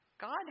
God